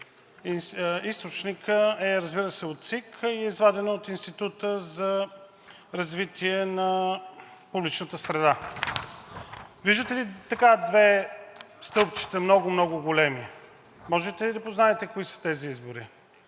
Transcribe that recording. Източникът е, разбира се, от ЦИК и е извадено от Института за развитие на публичната среда. Виждате ли две стълбчета, много, много големи? Можете ли да познаете кои са тези избори?